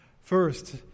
first